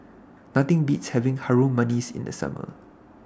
Nothing Beats having Harum Manis in The Summer